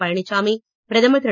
பழனிச்சாமி பிரதமர் திரு